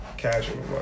Casual